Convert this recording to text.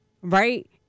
right